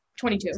22